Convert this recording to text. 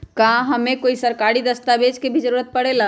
का हमे कोई सरकारी दस्तावेज के भी जरूरत परे ला?